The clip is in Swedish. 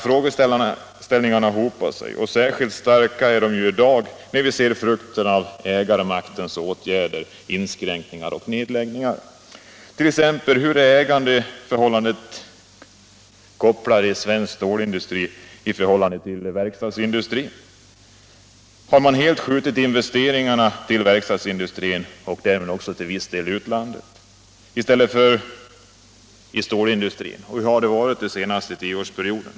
Frågorna hopar sig och är särskilt starka i dag, när vi ser frukten av ägarmaktens åtgärder: inskränkningar och nedläggningar. Hur är t.ex. ägandeförhållandena kopp lade i svensk stålindustri i förhållande till verkstadsindustrin? Har man helt skjutit investeringarna till verkstadsindustrin — och därmed i vissa fall också till utlandet — i stället för till stålindustrin? Hur har det där varit under den senaste tioårsperioden?